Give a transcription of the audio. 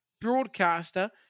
broadcaster